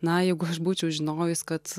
na jeigu aš būčiau žinojus kad